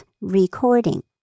recording